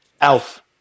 Alf